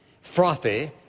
frothy